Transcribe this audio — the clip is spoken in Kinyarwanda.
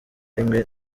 rimwe